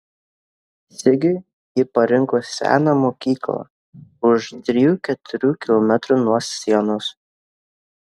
sigiui ji parinko seną mokyklą už trijų keturių kilometrų nuo sienos